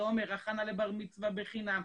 זה אומר הכנה לבר מצווה בחינם,